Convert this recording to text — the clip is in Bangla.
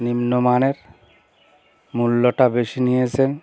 নিম্নমানের মূল্যটা বেশি নিয়েছেন